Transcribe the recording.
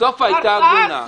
אדוני היושב